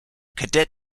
cadet